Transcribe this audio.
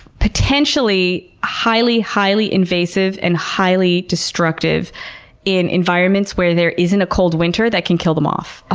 potentially highly, highly invasive and highly destructive in environments where there isn't a cold winter that can kill them off. ah